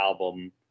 album